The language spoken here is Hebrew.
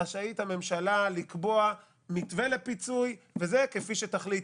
רשאית הממשלה לקבוע מתווה לפיצוי כפי שתחליט.